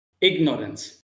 ignorance